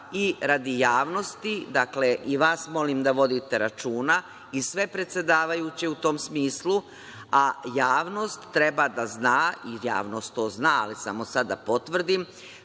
i radi javnosti, dakle, i vas molim da vodite računa, i sve predsedavajuće u tom smislu, a javnost treba da zna i javnost to zna, ali samo to da potvrdim,